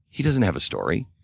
he doesn't have a story.